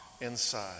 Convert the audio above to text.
inside